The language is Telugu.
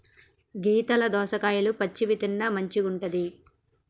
గీతల దోసకాయలు పచ్చివి తిన్న మంచిగుంటది